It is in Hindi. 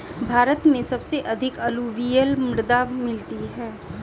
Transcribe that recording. भारत में सबसे अधिक अलूवियल मृदा मिलती है